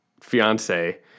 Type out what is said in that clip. fiance